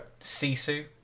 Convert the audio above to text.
Sisu